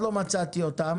עוד לא מצאתי אותם.